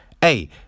hey